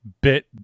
bit